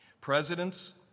presidents